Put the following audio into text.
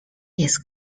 its